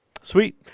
Sweet